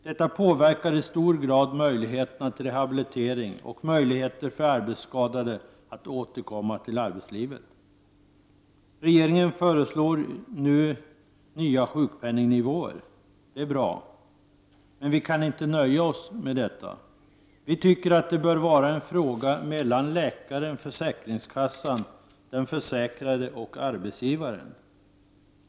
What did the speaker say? Dessa påverkar i hög grad möjligheterna till rehabilitering och därmed möjligheterna för arbetsskadade att återgå till arbetslivet. Regeringen föreslår nu nya sjukpenningnivåer. Det är bra, men vi kan inte nöja oss med det. Vi anser att detta bör vara en fråga mellan läkaren, försäkringskassan, den försäkrade och arbetsgivaren.